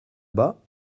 bas